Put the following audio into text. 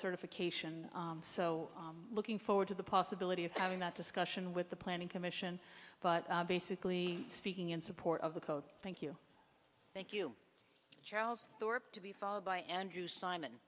certification so looking forward to the possibility of having that discussion with the planning commission but basically speaking in support of the code thank you thank you charles thorpe to be followed by andrew simon